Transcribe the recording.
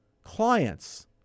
Clients